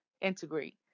integrate